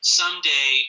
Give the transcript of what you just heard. someday